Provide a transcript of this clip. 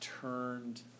turned